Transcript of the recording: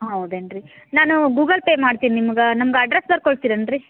ಹೌದೇನು ರೀ ನಾನು ಗೂಗಲ್ ಪೇ ಮಾಡ್ತೀನಿ ನಿಮ್ಗೆ ನಮ್ಗೆ ಅಡ್ರೆಸ್ಸ್ ಬರ್ಕೊಳ್ತೀರಾ ಏನು ರೀ